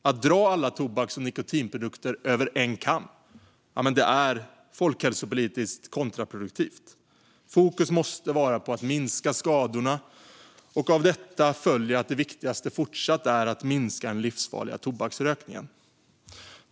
Att dra alla tobaks och nikotinprodukter över en kam är folkhälsopolitiskt kontraproduktivt. Fokus måste vara att minska skadorna, och av detta följer att det viktigaste är att fortsätta att minska den livsfarliga tobaksrökningen.